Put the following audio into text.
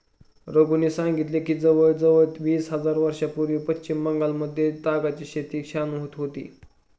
रघूने सांगितले की जवळजवळ वीस वर्षांपूर्वीपर्यंत पश्चिम बंगालमध्ये तागाची शेती छान होत होती